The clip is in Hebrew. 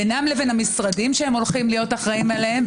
בינם לבין המשרדים שהם הולכים להיות אחראים עליהם,